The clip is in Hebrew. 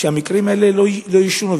המקרים האלה לא יישנו.